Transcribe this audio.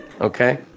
okay